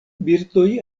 birdoj